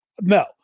no